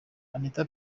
anita